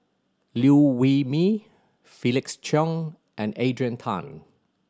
Liew Wee Mee Felix Cheong and Adrian Tan